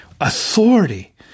Authority